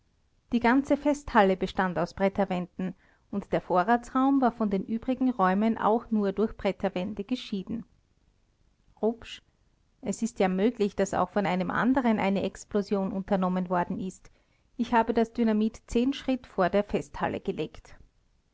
die ganze festhalle bestand aus bretterwänden und der vorratsraum war von den übrigen räumen auch nur durch bretterwände geschieden rupsch es ist ja möglich daß auch von einem anderen eine explosion unternommen worden ist ich habe das dynamit schritt vor der festhalle gelegt